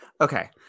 okay